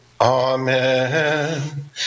Amen